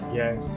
yes